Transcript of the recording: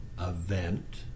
event